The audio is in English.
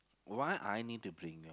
why I need to bring